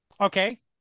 Okay